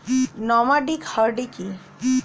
Nomadic herding কি?